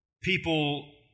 People